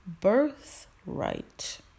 birthright